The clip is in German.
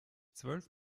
zwölf